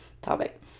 Topic